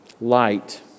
Light